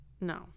no